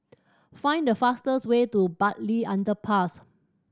find the fastest way to Bartley Underpass